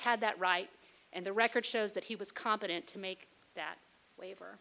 had that right and the record shows that he was competent to make that waiver